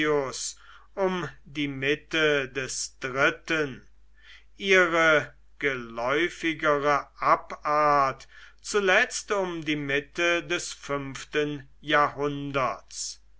um die mitte des dritten ihre geläufigere abart zuletzt um die mitte des fünften jahrhunderts